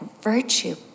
virtue